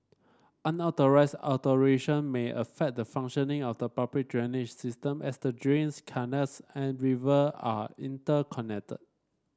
unauthorised alteration may affect the functioning of the public drainage system as the drains canals and river are interconnected